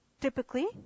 typically